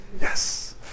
Yes